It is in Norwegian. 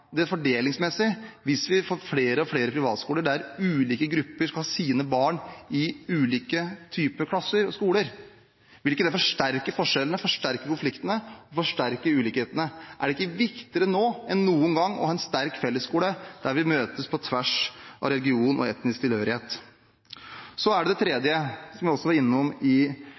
hvis vi får stadig flere privatskoler, der ulike grupper skal ha sine barn i ulike typer klasser og skoler? Vil ikke det forsterke forskjellene, forsterke konfliktene og forsterke ulikhetene? Er det ikke nå viktigere enn noen gang å ha en sterk fellesskole, der vi møtes på tvers av religion og etnisk tilhørighet? Det tredje – som jeg også var innom i